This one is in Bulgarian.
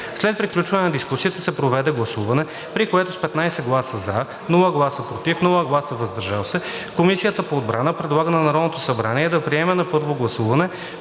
След приключване на дискусията се проведе гласуване, при което с 15 гласа „за“, без „против“ и „въздържал се“ Комисията по отбрана предлага на Народното събрание да приеме на първо гласуване